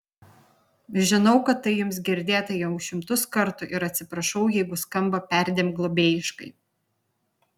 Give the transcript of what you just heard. žinau kad tai jums girdėta jau šimtus kartų ir atsiprašau jeigu skamba perdėm globėjiškai